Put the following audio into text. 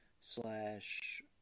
slash